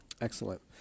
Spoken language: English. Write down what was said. Excellent